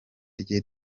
rye